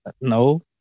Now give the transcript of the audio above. No